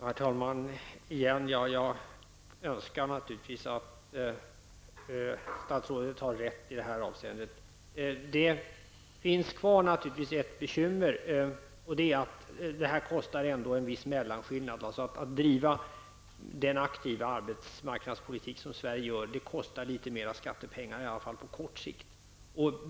Herr talman! Jag önskar naturligtvis att statsrådet har rätt i detta avseende. Det finns emellertid ett bekymmer kvar, nämligen att det uppstår en mellanskillnad, dvs. att det kostar litet mer skattepengar att driva en sådan aktiv arbetsmarknadspolitik som man gör i Sverige, i alla fall på kort sikt.